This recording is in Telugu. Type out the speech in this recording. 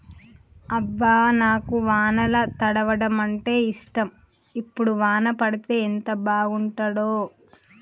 అబ్బ నాకు వానల తడవడం అంటేఇష్టం ఇప్పుడు వాన పడితే ఎంత బాగుంటాడో